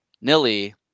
Nilly